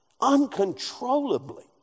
uncontrollably